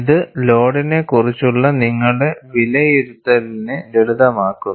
ഇത് ലോഡിനെക്കുറിച്ചുള്ള നിങ്ങളുടെ വിലയിരുത്തലിനെ ലളിതമാക്കുന്നു